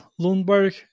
Lundberg